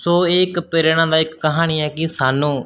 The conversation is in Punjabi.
ਸੋ ਇਹ ਇੱਕ ਪ੍ਰੇਰਣਾਦਾਇਕ ਕਹਾਣੀ ਹੈ ਕਿ ਸਾਨੂੰ